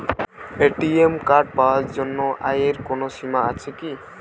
ATM card পাওয়ার জন্য আয়ের কোনো সীমা আছে কি?